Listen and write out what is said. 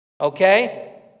Okay